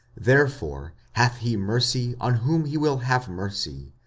therefore hath he mercy on whom he will have mercy,